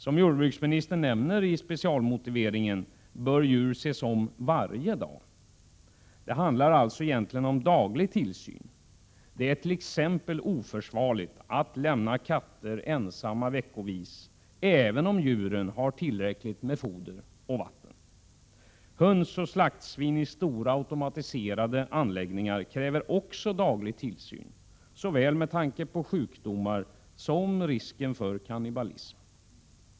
Som jordbruksministern nämner i specialmotiveringen bör djur ses om varje dag. Det handlar alltså egentligen om daglig tillsyn. Det ärt.ex. oförsvarligt att lämna katter ensamma veckovis, även om djuren har tillräckligt med foder och vatten. Höns och slaktsvin i stora automatiserade anläggningar kräver också daglig tillsyn, med tanke på såväl sjukdomar som risken för kannibalism. Herr talman!